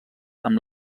amb